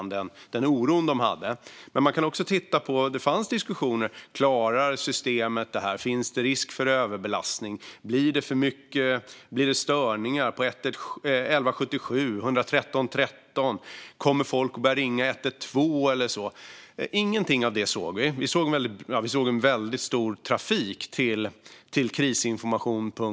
Det fanns också diskussioner om vad systemet klarade - om det fanns risk för överbelastning, om det skulle bli störningar på 1177, 113 13, och om folk skulle börja ringa 112 och så vidare. Inget av detta såg vi. Vi såg en väldigt stor trafik till Krisinformation.se.